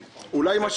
לבדואים.